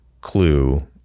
clue